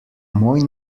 moj